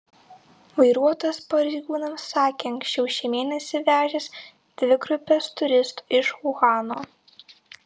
vairuotojas pareigūnams sakė anksčiau šį mėnesį vežęs dvi grupes turistų iš uhano